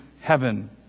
heaven